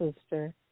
sister